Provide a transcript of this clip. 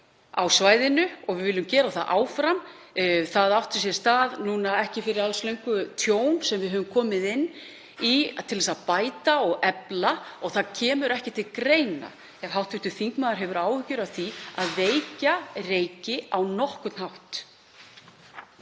á svæðinu og við viljum gera það áfram. Það varð ekki fyrir alls löngu tjón sem við höfum komið inn í til að bæta og efla. En það kemur ekki til greina, ef hv. þingmaður hefur áhyggjur af því, að veikja Reyki á nokkurn hátt.